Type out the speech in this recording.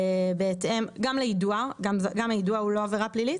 גם היידוע וגם הדיווח על התסמינים לא נחשבים לעבירה פלילית,